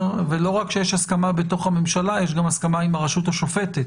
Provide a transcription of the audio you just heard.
ולא רק שיש הסכמה בתוך הממשלה יש גם הסכמה עם הרשות השופטת